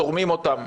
תורמים אותם.